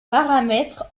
paramètres